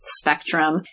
spectrum